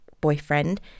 boyfriend